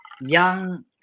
young